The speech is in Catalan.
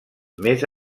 més